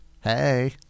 Hey